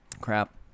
Crap